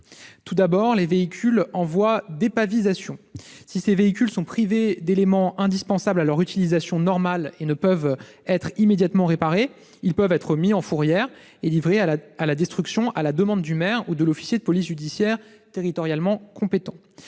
d'abord des véhicules en voie d'épavisation, s'ils sont privés d'éléments indispensables à leur utilisation normale et ne peuvent être immédiatement réparés, ils peuvent être mis en fourrière et livrés à la destruction à la demande du maire ou de l'officier de police judiciaire territorialement compétent.